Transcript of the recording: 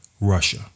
Russia